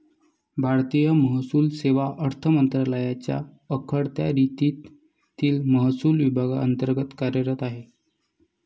भारतीय महसूल सेवा अर्थ मंत्रालयाच्या अखत्यारीतील महसूल विभागांतर्गत कार्यरत आहे